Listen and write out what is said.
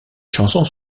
chansons